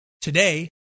Today